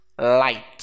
light